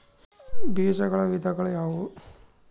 ಬೇಜಗಳ ವಿಧಗಳು ಯಾವುವು?